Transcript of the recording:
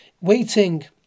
waiting